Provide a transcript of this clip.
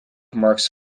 marks